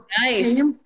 Nice